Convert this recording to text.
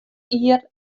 jier